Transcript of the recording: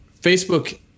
Facebook